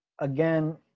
Again